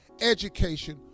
education